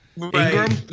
Ingram